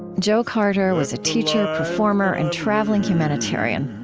joe carter was a teacher, performer, and traveling humanitarian.